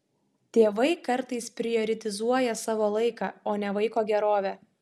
tėvai kartais prioritizuoja savo laiką o ne vaiko gerovę